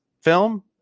film